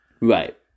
Right